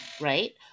right